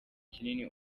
kinini